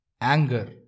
Anger